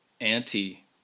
anti